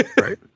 Right